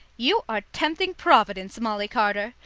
you are tempting providence, molly carter,